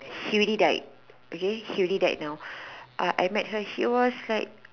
he already died okay he already died now okay he was like